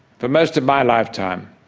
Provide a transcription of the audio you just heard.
for most of my lifetime,